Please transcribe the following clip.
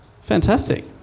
Fantastic